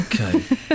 Okay